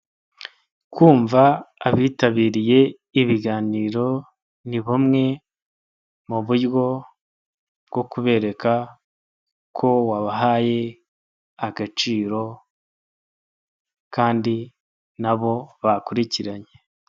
Kumva abitabiriye ibiganiro ni bumwe mu buryo bwo kubereka ko wabahaye agaciro kandi na bo bakurikiranye.